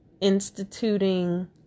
instituting